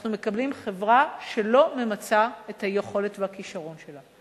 אנחנו מקבלים חברה שלא ממצה את היכולת והכשרון שלה.